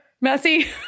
messy